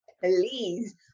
please